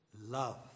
love